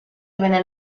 venne